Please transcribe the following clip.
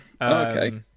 Okay